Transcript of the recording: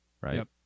right